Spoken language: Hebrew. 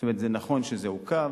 זאת אומרת, זה נכון שזה עוכב,